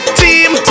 team